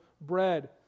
bread